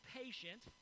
patient